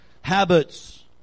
habits